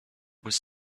was